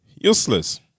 useless